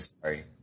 sorry